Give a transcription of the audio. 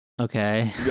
Okay